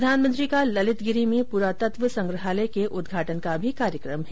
प्रधानमंत्री का ललितगिरी में पुरातत्व संग्रहालय के उदघाटन का भी कार्यक्रम है